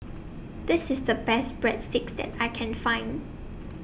This IS The Best Breadsticks that I Can Find